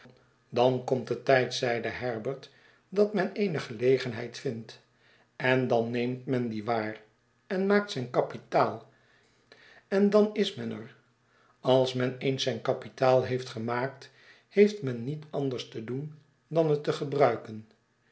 dan komt de tijd zeide herbert dat men eene gelegenheid vindt en dan neemt men die waar en maakt zijn kapitaal en dan is men er als men eens zijn kapitaal heeft gemaakt heeft men niet anders te doen dan het te gebruiken